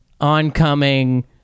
oncoming